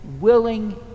willing